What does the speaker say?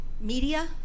media